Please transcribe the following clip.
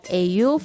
au